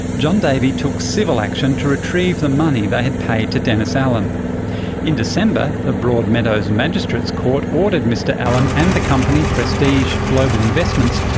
john davey took civil action to retrieve the money they had paid to dennis allan in december, the broadmeadows magistrates court ordered mr allan and the company prestige global investments,